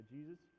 Jesus